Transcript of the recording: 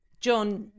John